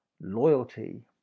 Loyalty